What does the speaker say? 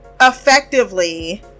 effectively